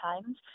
times